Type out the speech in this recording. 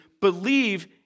Believe